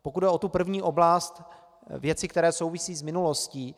Pokud jde o tu první oblast, věci, které souvisí s minulostí.